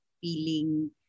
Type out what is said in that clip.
feeling